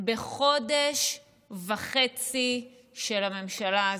בחודש וחצי של הממשלה הזו,